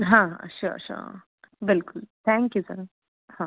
हाँ sure sure बिल्कुल thank you sir हाँ